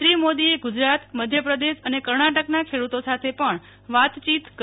શ્રી મોદીએ ગુજરાત મધ્ય પ્રદેશ અને કર્ણાટકના ખેડુતો સાથે પણ વાતચીત કરી